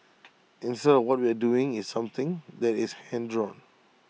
instead what we are doing is something that is hand drawn